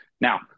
Now